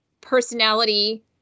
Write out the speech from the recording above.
personality